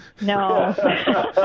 No